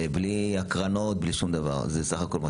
ב-11:10 אנחנו נחזור לדיונים.